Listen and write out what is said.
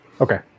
Okay